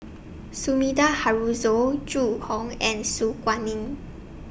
Sumida Haruzo Zhu Hong and Su Guaning